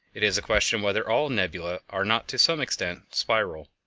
it is a question whether all nebulae are not to some extent spiral.